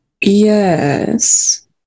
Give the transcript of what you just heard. Yes